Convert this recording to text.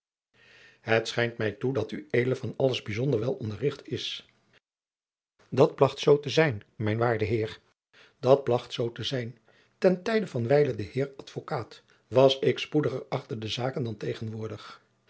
het schijnt mij toe dat ued van alles bijzonder wel onderricht is dat plach zoo te zijn mijn waarde heer dat plach zoo te zijn ten tijde van wijlen den heer advocaat was ik spoediger achter de zaken dan tegenwoordig